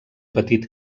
petit